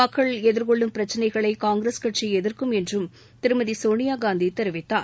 மக்கள் எதிர்கொள்ளும் பிரக்சினைகளை காங்கிரஸ் கட்சி எதிர்க்கும் என்றும் திருமதி சோனியாகாந்தி தெரிவித்தார்